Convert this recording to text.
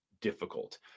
difficult